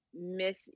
Miss